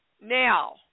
Now